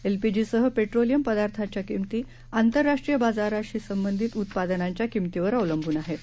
एलपीजीसहपेट्रोलियमपदार्थांच्याकिमतीआंतरराष्ट्रीयबाजारातसंबंधितउत्पादनांच्याकिंमतीवरअवलंबूनआहेत